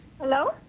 Hello